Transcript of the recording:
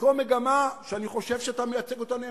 וחלקו מגמה שאני חושב שאתה מייצג אותה נאמנה.